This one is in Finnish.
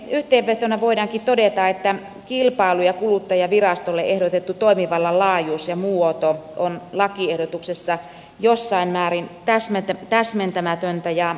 yhteenvetona voidaankin todeta että kilpailu ja kuluttajavirastolle ehdotettu toimivallan laajuus ja muoto on lakiehdotuksessa jossain määrin täsmentämätöntä ja tulkinnanvaraista